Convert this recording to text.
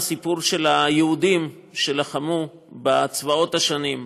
הסיפור של היהודים שלחמו בצבאות השונים,